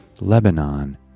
Lebanon